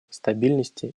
стабильности